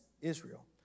Israel